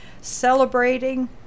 Celebrating